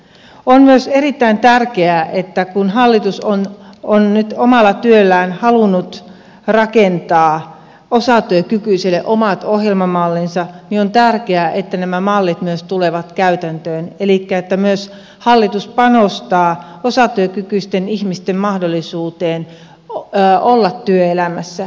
on myös erittäin tärkeää että kun hallitus on nyt omalla työllään halunnut rakentaa osatyökykyisille omat ohjelmamallinsa niin nämä mallit myös tulevat käytäntöön elikkä hallitus myös panostaa osatyökykyisten ihmisten mahdollisuuteen olla työelämässä